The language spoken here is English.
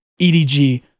EDG